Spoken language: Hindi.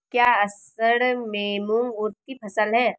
क्या असड़ में मूंग उर्द कि फसल है?